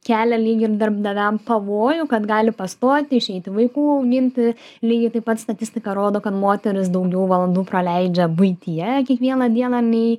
kelia lyg ir darbdaviam pavojų kad gali pastoti išeiti vaikų auginti lygiai taip pat statistika rodo kad moterys daugiau valandų praleidžia buityje kiekvieną dieną nei